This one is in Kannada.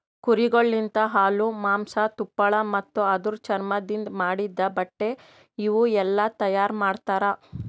ಕುರಿಗೊಳ್ ಲಿಂತ ಹಾಲು, ಮಾಂಸ, ತುಪ್ಪಳ ಮತ್ತ ಅದುರ್ ಚರ್ಮದಿಂದ್ ಮಾಡಿದ್ದ ಬಟ್ಟೆ ಇವುಯೆಲ್ಲ ತೈಯಾರ್ ಮಾಡ್ತರ